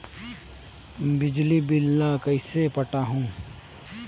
बिजली बिल ल कइसे पटाहूं?